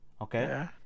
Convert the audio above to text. Okay